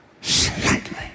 slightly